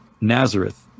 Nazareth